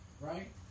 right